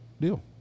deal